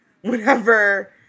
whenever